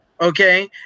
okay